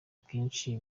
bwinshi